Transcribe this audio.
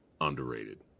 underrated